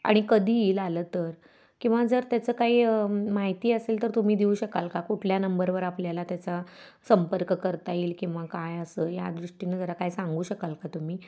आणि कधी येईल आलं तर किंवा जर त्याचं काही माहिती असेल तर तुम्ही देऊ शकाल का कुठल्या नंबरवर आपल्याला त्याचा संपर्क करता येईल किंवा काय असं या दृष्टीनं जरा काय सांगू शकाल का तुम्ही